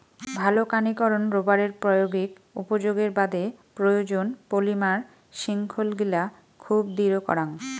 ভালকানীকরন রবারের প্রায়োগিক উপযোগের বাদে প্রয়োজন, পলিমার শৃঙ্খলগিলা খুব দৃঢ় করাং